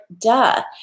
duh